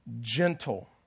gentle